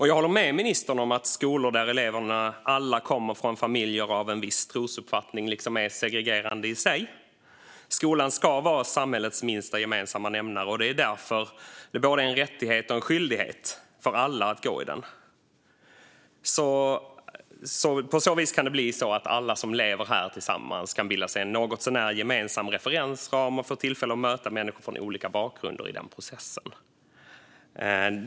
Jag håller med ministern om att skolor där alla elever kommer från familjer av en viss trosuppfattning är segregerande i sig. Skolan ska vara samhällets minsta gemensamma nämnare, och det är därför det är både en rättighet och en skyldighet för alla att gå i den. På så vis kan alla som lever här tillsammans bilda sig en något så när gemensam referensram och få tillfälle att möta människor från olika bakgrunder i den processen.